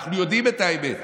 אנחנו יודעים את האמת.